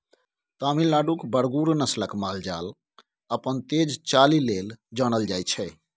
तमिलनाडुक बरगुर नस्लक माल जाल अपन तेज चालि लेल जानल जाइ छै